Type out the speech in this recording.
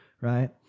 right